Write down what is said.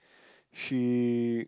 she